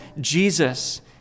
Jesus